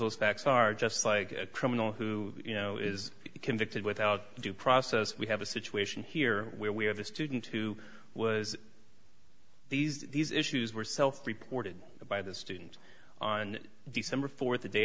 those facts are just like a criminal who you know is convicted without due process we have a situation here where we have a student who was these these issues were self reported by this student on december fourth the day